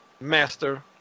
Master